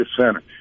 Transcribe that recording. Center